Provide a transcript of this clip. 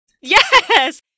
Yes